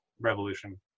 revolution